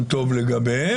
מכובדי,